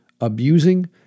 abusing